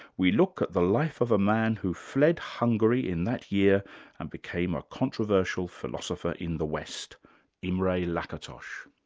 we look at the life of a man who fled hungary in that year and became a controversial philosopher in the west imre lakatosh